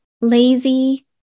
lazy